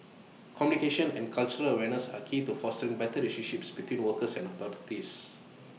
communication and cultural awareness are key to fostering better relationship between workers and authorities